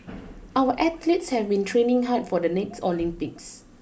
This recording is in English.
our athletes have been training hard for the next Olympics